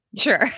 Sure